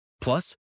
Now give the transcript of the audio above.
Plus